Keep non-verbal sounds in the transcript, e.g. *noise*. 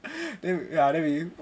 *laughs* then we ya then we